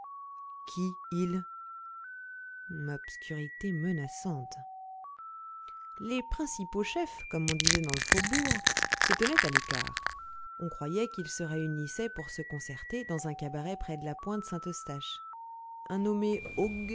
qui il obscurité menaçante les principaux chefs comme on disait dans le faubourg se tenaient à l'écart on croyait qu'ils se réunissaient pour se concerter dans un cabaret près de la pointe saint-eustache un nommé